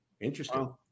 interesting